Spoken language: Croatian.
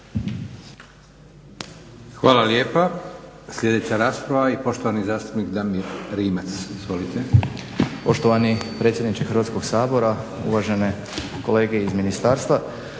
Hvala lijepa. Sljedeća rasprava i poštovani zastupnik Damir Rimac.